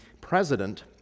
president